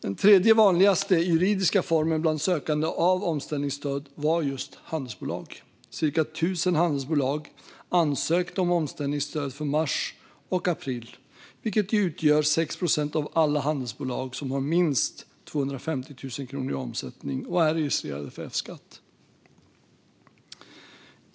Den tredje vanligaste juridiska formen bland sökande av omställningsstöd var just handelsbolag. Cirka 1 000 handelsbolag ansökte om omställningsstöd för mars och april, vilket utgör 6 procent av alla handelsbolag som har minst 250 000 kronor i omsättning och är registrerade för F-skatt.